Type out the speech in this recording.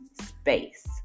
space